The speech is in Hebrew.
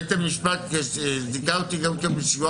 בית המשפט זיכה אותי בסיוע